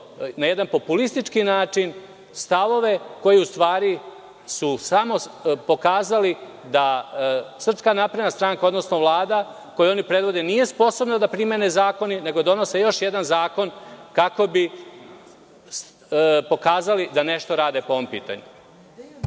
na jedan populistički način stavove koje su u stvari samo pokazali da SNS, odnosno Vlada koju oni predvode nije sposobna da primene zakone nego donose još jedan zakon kako bi pokazali da nešto rade po ovom pitanju.